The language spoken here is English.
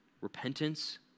repentance